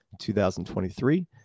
2023